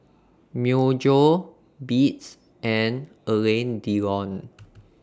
Myojo Beats and Alain Delon